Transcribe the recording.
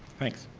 thanks.